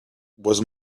was